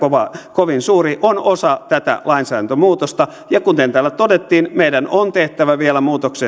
kovin suuri on osa tätä lainsäädäntömuutosta ja kuten täällä todettiin meidän on tehtävä vielä muutoksia